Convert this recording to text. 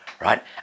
right